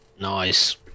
nice